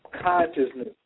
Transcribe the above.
consciousness